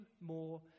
more